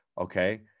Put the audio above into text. okay